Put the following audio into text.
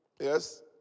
Yes